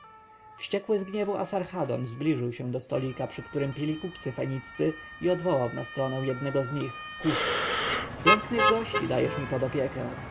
wściekły z gniewu asarhadon zbliżył się do stolika przy którym pili kupcy feniccy i odwołał na stronę jednego z nich kusza pięknych gości dajesz mi pod opiekę